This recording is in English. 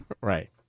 Right